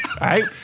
right